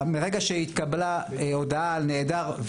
מרגע שהתקבלה הודעה על נעדר.